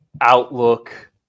outlook